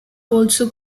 also